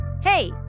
Hey